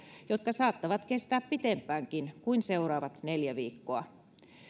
jotka saattavat kestää pitempäänkin kuin seuraavat neljä viikkoa